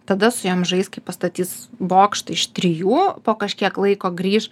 tada su jom žais kai pastatys bokštą iš trijų po kažkiek laiko grįš